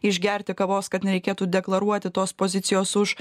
išgerti kavos kad nereikėtų deklaruoti tos pozicijos už